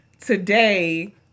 today